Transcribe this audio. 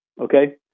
Okay